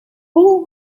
pull